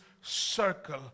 circle